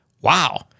Wow